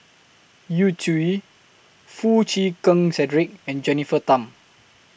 Yu Zhuye Foo Chee Keng Cedric and Jennifer Tham